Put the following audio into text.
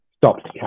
stopped